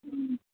ହୁଁ